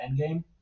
Endgame